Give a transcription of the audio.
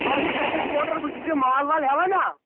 بہٕ حظ چھُس اٮ۪کٕسپوٹَر بہٕ چھُس یہِ مال وال ہٮ۪وان نا